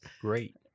great